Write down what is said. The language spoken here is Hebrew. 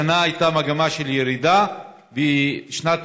השנה הייתה מגמה של ירידה, ובשנת